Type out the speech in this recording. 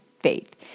faith